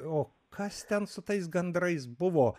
o kas ten su tais gandrais buvo